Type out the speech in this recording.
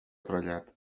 trellat